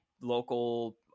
local